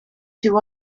two